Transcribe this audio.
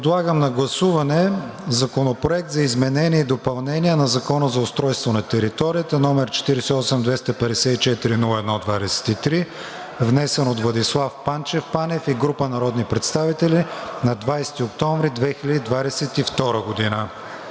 Подлагам на гласуване Законопроект за изменение и допълнение на Закона за устройство на територията, № 48 254 01 23, внесен от Владислав Панчев Панев и група народни представители на 20 октомври 2022 г.